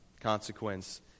consequence